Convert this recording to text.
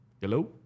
Hello